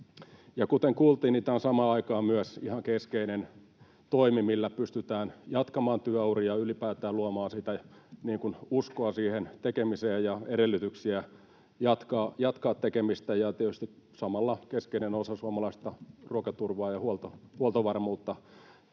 kuten kuultiin, niin tämä on samaan aikaan myös ihan keskeinen toimi, millä pystytään jatkamaan työuria, ylipäätään luomaan uskoa siihen tekemiseen ja edellytyksiä jatkaa tekemistä, ja tietysti samalla keskeinen osa suomalaista ruokaturvaa ja huoltovarmuutta.